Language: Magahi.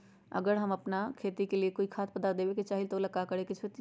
अगर हम अपना खेती में कोइ खाद्य पदार्थ देबे के चाही त वो ला का करे के होई?